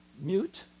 mute